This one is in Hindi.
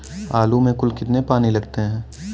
आलू में कुल कितने पानी लगते हैं?